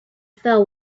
fell